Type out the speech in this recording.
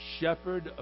shepherd